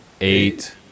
eight